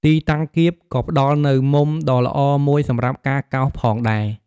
ទីតាំងគៀប ក៏ផ្តល់នូវ មុំដ៏ល្អមួយសម្រាប់ការកោសផងដែរ។